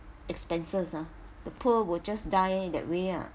expenses ah the poor will just die that way ah